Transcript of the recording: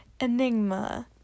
enigma